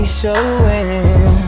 showing